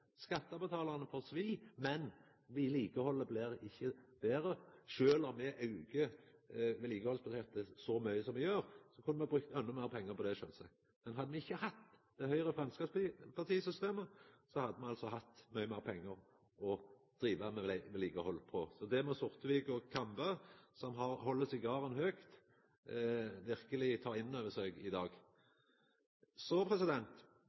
får svi, men vedlikehaldet blir ikkje betre. Sjølv om me aukar vedlikehaldsbudsjettet så mykje som me gjer, kunne me sjølvsagt ha brukt endå meir pengar på det. Men hadde me ikkje hatt dette Høgre–Framstegsparti-systemet, så hadde me altså hatt mykje meir pengar å driva vedlikehald for. Det må Sortevik og Kambe, som held sigarane høgt, verkeleg ta inn over seg i dag. Det er alltid kjekt å kunna litt om historia. Kambe har ikkje vore så